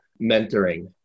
mentoring